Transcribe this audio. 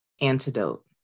antidote